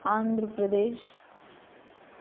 Andhra Pradesh